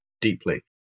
deeply